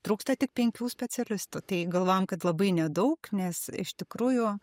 trūksta tik penkių specialistų tai galvojam kad labai nedaug nes iš tikrųjų